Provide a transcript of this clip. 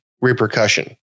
repercussion